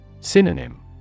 synonym